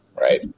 Right